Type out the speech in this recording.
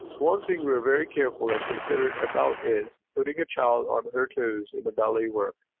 one thing we are very careful and considerate about is, putting a child on her toes in the ballet work.